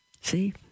See